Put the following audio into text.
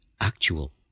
actual